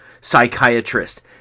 psychiatrist